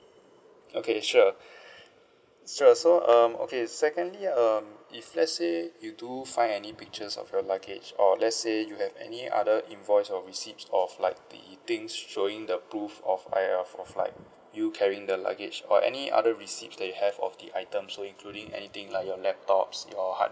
okay sure sure so um okay secondly um if let's say you do find any pictures of your luggage or let's say you have any other invoice or receipts of like the things showing the proof of uh ya of like you carrying the luggage or any other receipts that you have of the item so including anything like your laptops your